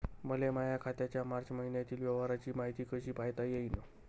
मले माया खात्याच्या मार्च मईन्यातील व्यवहाराची मायती कशी पायता येईन?